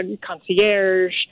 concierge